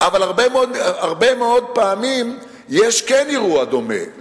אבל הרבה מאוד פעמים יש כן אירוע דומה,